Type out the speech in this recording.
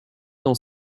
dans